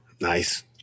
Nice